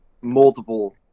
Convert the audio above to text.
multiple